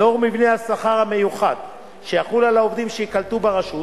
לאור מבנה השכר המיוחד שיחול על העובדים שייקלטו ברשות,